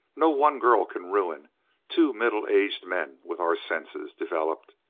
no one girl can ruin two middle-aged men with our senses developed.